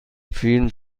فیلم